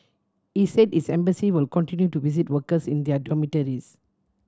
he said his embassy will continue to visit workers in their dormitories